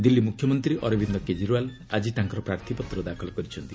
ଦିଲ୍ଲୀ ମୁଖ୍ୟମନ୍ତ୍ରୀ ଅରବିନ୍ଦ କେଜରିଓ୍ବାଲ ଆଜି ତାଙ୍କର ପ୍ରାର୍ଥୀପତ୍ର ଦାଖଲ କରିଛନ୍ତି